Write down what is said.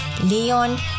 Leon